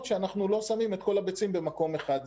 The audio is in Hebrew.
שאנחנו לא שמים את כל הביצים במקום אחד.